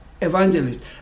evangelist